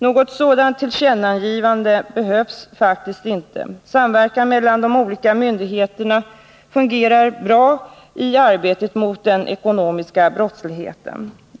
Något sådant tillkännagivande behövs faktiskt inte. Samverkan mellan de olika myndigheterna i arbetet mot den ekonomiska brottsligheten fungerar bra.